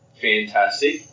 fantastic